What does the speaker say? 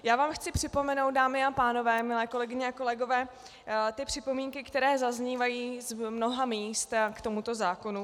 Já vám chci připomenout, dámy a pánové, milé kolegyně a kolegové, připomínky, které zaznívají z mnoha míst k tomuto zákonu.